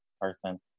person